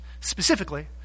Specifically